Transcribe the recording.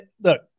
Look